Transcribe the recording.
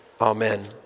Amen